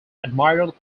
admiral